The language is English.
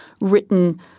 written